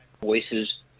voices